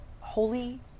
holy